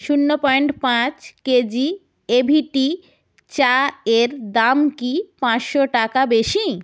শূন্য পয়েন্ট পাঁচ KG A V T চায়ের দাম কি পাঁচশো টাকা বেশি